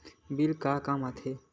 Bill का काम आ थे?